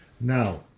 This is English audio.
Now